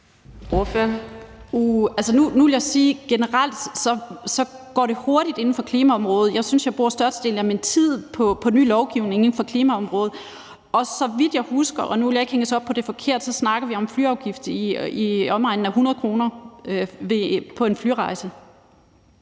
nu vil jeg sige, at generelt går det hurtigt på klimaområdet. Jeg synes, jeg bruger størstedelen af min tid på ny lovgivning inden for klimaområdet. Og så vidt jeg husker, og nu vil jeg ikke hænges op på det, hvis det er forkert, så snakker vi om en afgift på i omegnen af 100 kr. på en flyrejse.